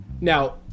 Now